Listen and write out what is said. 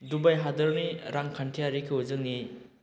Dubai हादरनि रांखान्थियारिखौ जोंनि